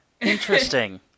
Interesting